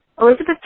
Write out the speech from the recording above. Elizabeth